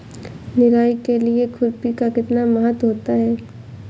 निराई के लिए खुरपी का कितना महत्व होता है?